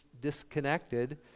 disconnected